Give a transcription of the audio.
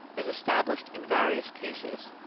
is established in various cases.